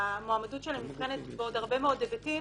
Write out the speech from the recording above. והמועמדות שלהם נבחנת בעוד הרבה מאוד היבטים